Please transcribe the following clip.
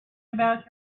about